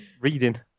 reading